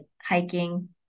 hiking